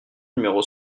numéro